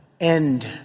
end